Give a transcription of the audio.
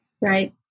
right